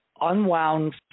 unwound